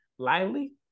lively